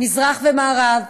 מזרח ומערב,